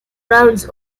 rounds